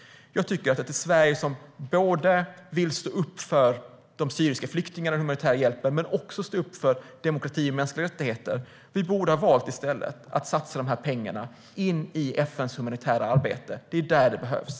Ett Sverige som vill stå upp för både de syriska flyktingarna och den humanitära hjälpen och demokrati och mänskliga rättigheter borde i stället ha valt att satsa pengarna in i FN:s humanitära arbete. Det är där de behövs.